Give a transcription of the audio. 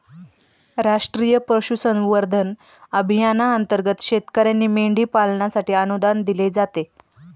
राष्ट्रीय पशुसंवर्धन अभियानांतर्गत शेतकर्यांना मेंढी पालनासाठी अनुदान दिले जाते